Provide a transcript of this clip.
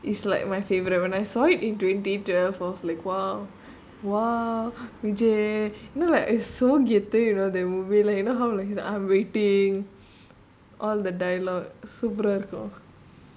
it's like my favourite when I saw it in twenty twelve I was like !wow! !wah!